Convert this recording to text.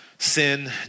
sin